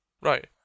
right